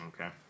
Okay